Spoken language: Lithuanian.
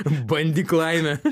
bandyk laimę